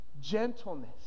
Gentleness